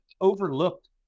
overlooked